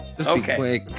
Okay